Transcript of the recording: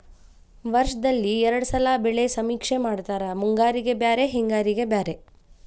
ವರ್ಷದಲ್ಲಿ ಎರ್ಡ್ ಸಲಾ ಬೆಳೆ ಸಮೇಕ್ಷೆ ಮಾಡತಾರ ಮುಂಗಾರಿಗೆ ಬ್ಯಾರೆ ಹಿಂಗಾರಿಗೆ ಬ್ಯಾರೆ